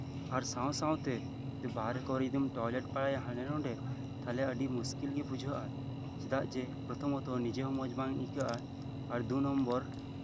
ᱟᱨ ᱥᱟᱶ ᱥᱟᱶᱛᱮ ᱵᱟᱦᱨᱮ ᱠᱚᱨᱮ ᱡᱩᱫᱤᱢ ᱴᱚᱭᱴᱮᱞ ᱵᱟᱲᱟᱭᱟ ᱦᱟᱱᱰᱮ ᱱᱟᱰᱮ ᱛᱟᱦᱞᱮ ᱟᱹᱰᱤ ᱢᱩᱥᱠᱤᱞ ᱜᱮ ᱵᱩᱡᱷᱟᱹᱜᱼᱟ ᱪᱮᱫᱟᱜ ᱡᱮ ᱯᱨᱚᱛᱷᱚᱢᱚᱛᱚ ᱱᱤᱡᱮ ᱦᱚᱸ ᱢᱚᱸᱡ ᱵᱟᱝ ᱟᱹᱭᱠᱟᱹᱜᱼᱟ ᱟᱨ ᱫᱩ ᱱᱚᱢᱵᱚᱨ